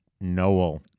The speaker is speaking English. Noel